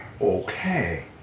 Okay